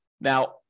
Now